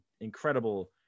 incredible